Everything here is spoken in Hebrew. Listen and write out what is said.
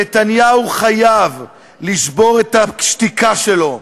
נתניהו חייב לשבור את השתיקה שלו,